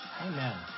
Amen